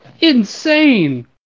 Insane